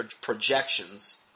projections